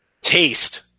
taste